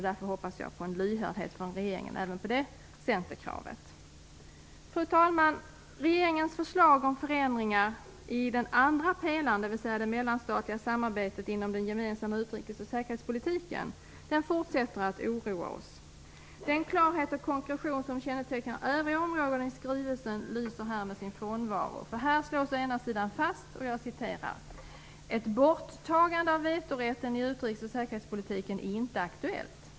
Därför hoppas jag att regeringen är lyhörd även för detta centerkrav. Fru talman! Regeringens förslag om förändringar i den andra pelaren, dvs. det mellanstatliga samarbetet inom den gemensamma utrikes och säkerhetspolitiken, fortsätter att oroa oss. Den klarhet och konkretion som kännetecknar övriga områden i skrivelsen lyser här med sin frånvaro. Här slås å ena sida fast: "Ett borttagande av vetorätten i utrikes och säkerhetspolitiken är inte aktuellt."